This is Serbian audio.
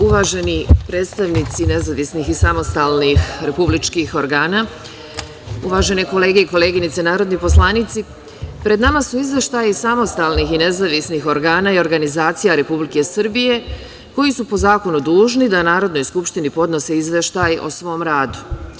Uvaženi predstavnici nezavisnih i samostalnih republičkih organa, uvažene kolege i koleginice narodni poslanici, pred nama su izveštaji samostalnih i nezavisnih organa i organizacija Republike Srbije koji su po zakonu dužni da Narodnoj skupštini podnose izveštaj o svom radu.